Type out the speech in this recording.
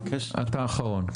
אתה אחרון.